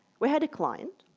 we had a client